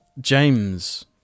James